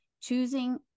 choosing